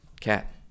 cat